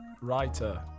writer